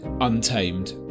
Untamed